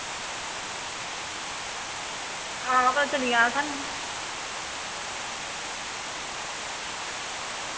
हां पता चली जाना थुआनूं